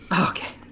Okay